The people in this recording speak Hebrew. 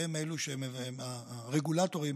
שהן הרגולטורים,